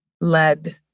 led